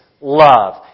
love